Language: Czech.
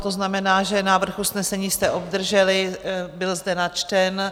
To znamená, že návrh usnesení jste obdrželi, byl zde načten.